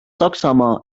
saksamaa